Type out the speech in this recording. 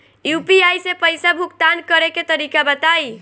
UPI से पईसा भुगतान करे के तरीका बताई?